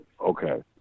Okay